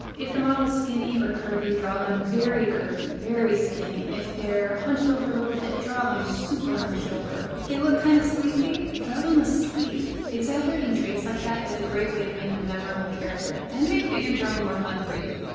if the model skinny or curvy, draw them very curvy, very skinny. if they're hunched over a little bit, draw them super hunched-over. if they look kind of sleepy, draw them asleep. exaggerating traits like that is a great way to make a memorable character and make figure drawing more fun for you.